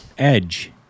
edge